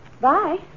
Bye